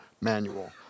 manual